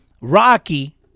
Rocky